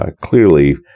clearly